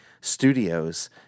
studios